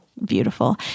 Beautiful